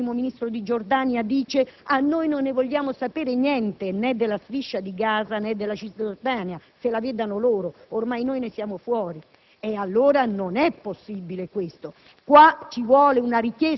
è proprio questo l'atteggiamento! Quando viene interpellato, il Primo ministro di Giordania afferma: non ne vogliamo sapere niente, né della Striscia di Gaza, né della Cisgiordania, se la vedano loro, ormai noi ne siamo fuori.